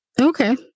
okay